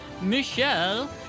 Michelle